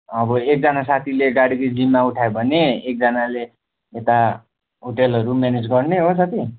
अब एकजना साथीले गाडीको जिम्मा उठायो भने एकजनाले यता होटेलहरू म्यानेज गर्ने हो साथी